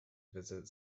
visit